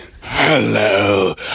Hello